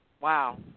wow